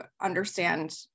understand